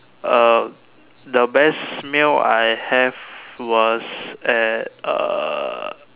uh the best meal I have was at err